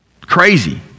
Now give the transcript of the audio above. Crazy